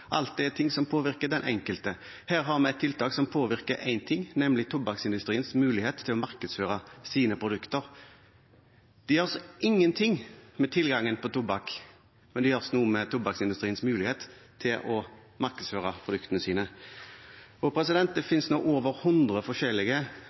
er ting som påvirker den enkelte. Her har vi et tiltak som påvirker én ting, nemlig tobakksindustriens mulighet til å markedsføre sine produkter. Det gjøres ingenting med tilgangen på tobakk, men det gjøres noe med tobakksindustriens mulighet til å markedsføre produktene sine. Det fins nå over hundre forskjellige bokser med snus i Norge. Det